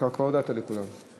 כבר הודית לכולם.